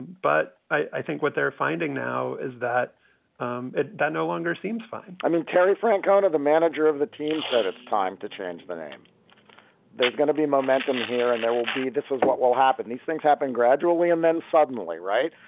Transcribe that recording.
but i think what they're finding now is that um it no longer seems fine i mean, terry francona, the manager of the team, said it's time to change the name there's going to be momentum here and there will be this is what will happen. these things happen gradually and then suddenly. right.